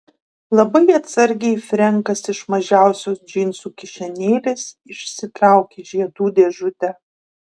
labai atsargiai frenkas iš mažiausios džinsų kišenėlės išsitraukė žiedų dėžutę